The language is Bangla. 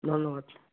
ধন্যবাদ